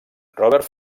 robert